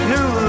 New